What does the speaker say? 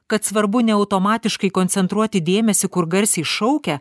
kad svarbu ne automatiškai koncentruoti dėmesį kur garsiai šaukia